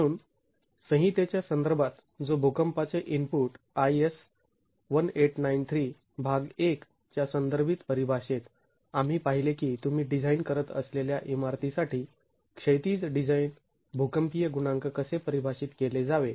म्हणून संहीतेच्या संदर्भात जो भूकंपाचे इनपुट IS 1893 भाग 1 च्या संदर्भित परिभाषेत आम्ही पाहिले की तुम्ही डिझाईन करत असलेल्या इमारती साठी क्षैतिज डिझाईन भूकंपीय गुणांक कसे परिभाषित केले जावे